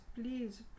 please